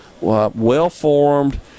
well-formed